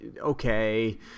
okay